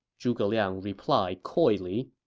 zhuge liang replied coyly.